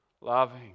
Loving